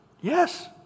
Yes